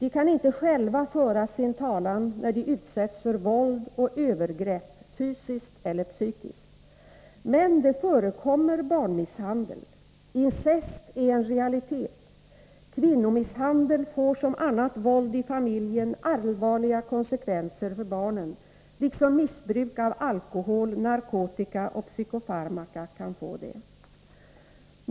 De kan inte själva föra sin talan när de utsätts för våld och övergrepp - fysiskt eller psykiskt. Men det förekommer barnmisshandel. Incest är en realitet. Kvinnomisshandel får som annat våld i familjen allvarliga konsekvenser för barnen, liksom missbruk av alkohol, narkotika och psykofarmaka kan få det.